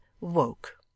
woke